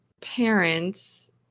parents